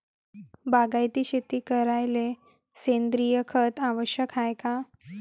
बागायती शेती करायले सेंद्रिय खत आवश्यक हाये का?